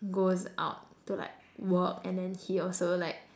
goes out to like work and then he also like